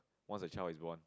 once the child is born